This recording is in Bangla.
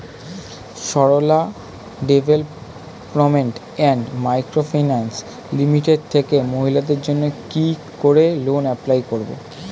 Sarala development and micro finance limited থেকে মহিলাদের জন্য কি করে লোন এপ্লাই করব?